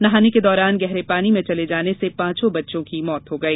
नहाने के दौरान गहरे पानी में चले जाने से पांचों बच्चों की मौत हो गई